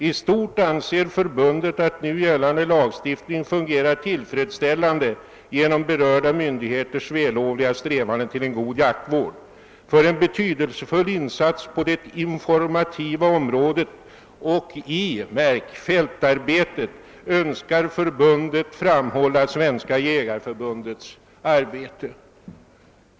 I stort sett anser förbundet att nu gällande lagstiftning fungerar tillfredsställande genom berörda myndigheters vällovliga strävanden till en god jaktvård. För en betydelsefull insats på det informativa området och — märk! — i fältarbetet önskar förbundet framhålla Svenska jägareförbundets arbete.